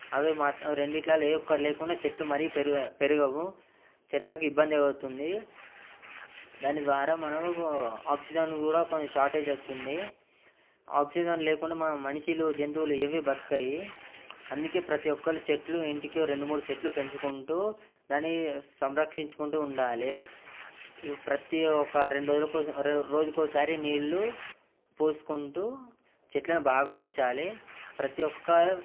అవి మాత్రం అవి రెండింటిలో ఏ ఒక్కటి లేకున్నా చెట్లు మరీ పెరుగు పెరగవు చెట్లకు ఇబ్బంది అవుతుంది దానిద్వారా మనకు ఆక్సిజన్ కూడా కొంచెం షార్టేజ్ వస్తుంది ఆక్సిజన్ లేకుండా మనం మనుష్యులు జంతువులు ఏవి బతకవు అందుకే ప్రతి ఒక్కరు చెట్లు ఇంటికి రెండు మూడు చెట్లు పెంచుకుంటు దాన్ని సంరక్షించుకుంటు ఉండాలి ప్రతి ఒక్క రెండు రోజుల రోజుకు ఒకసారి నీళ్ళు పోసుకుంటు చెట్లను బాగా పెంచాలి ప్రతి ఒక్క